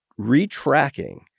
retracking